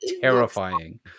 terrifying